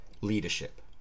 Leadership